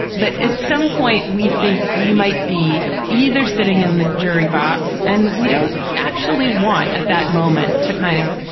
but at some point, we think we might be either sitting in the jury box and we don't actually want at that moment to kind of,